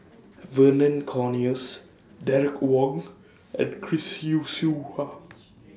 Vernon Cornelius Derek Wong and Chris Yeo Siew Hua